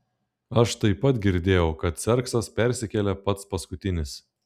aš taip pat girdėjau kad kserksas persikėlė pats paskutinis